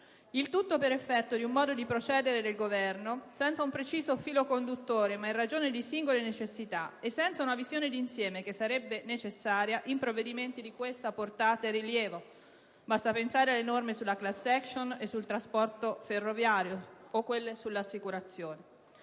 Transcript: Il tutto per effetto di un modo di procedere del Governo, senza un preciso filo conduttore, ma in ragione di singole necessità e senza una visione di insieme, che sarebbe necessaria in provvedimenti di questa portata e rilievo: basti pensare alle norme sulla *class action,* sul trasporto ferroviario o sulle assicurazioni.